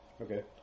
Okay